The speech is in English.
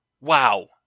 wow